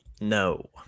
no